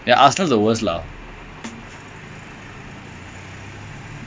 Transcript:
as a player if you if you transfer to Arsenal you know something's wrong lah it's quite sad